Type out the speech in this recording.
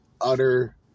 utter